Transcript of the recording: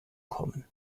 kommen